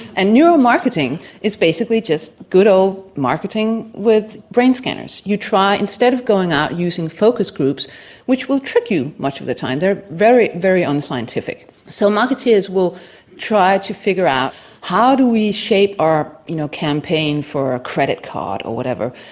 and neuromarketing is basically just good old marketing with brain scanners. you try, instead of going out and using focus groups which will trick you much of the time, they are very, very unscientific so marketers will try to figure out how do we shape our you know campaign for a credit card or whatever?